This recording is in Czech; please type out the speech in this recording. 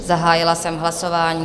Zahájila jsem hlasování.